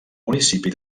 municipi